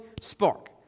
spark